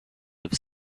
have